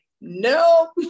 no